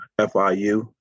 FIU